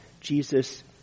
Jesus